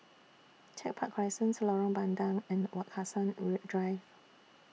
Tech Park Crescent Lorong Bandang and Wak Hassan Drive